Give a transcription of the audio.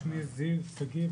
שמי זיו שגיא,